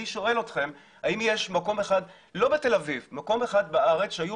ואני שואל אתכם האם יש מקום אחד בארץ שהיו